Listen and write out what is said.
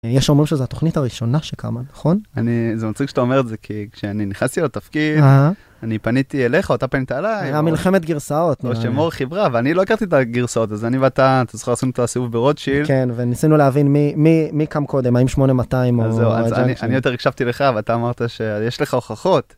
יש שאומרים שזו התוכנית הראשונה שקמה, נכון? אני, זה מצחיק שאתה אומר את זה, כי כשאני נכנסתי לתפקיד, - אהה... אני פניתי אליך או אתה פנית אלי - היתה מלחמת גרסאות... שמור חיברה, ואני לא הכרתי את הגרסאות אז אני ואתה, אתה זוכר? עשינו ת'סיבוב ברוטשילד - כן וניסינו להבין מי מי... מי קם קודם האם 8200 או... אז זהו. אני יותר הקשבתי לך ואתה אמרת שיש לך הוכחות